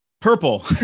Purple